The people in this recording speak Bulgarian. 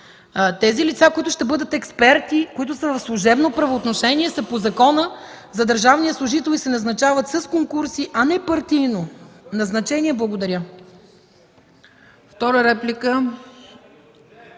– лицата, които ще бъдат експерти, които са в служебно правоотношение, са по Закона за държавния служител и се назначават с конкурси, а не са партийно назначение. Благодаря.